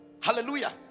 Hallelujah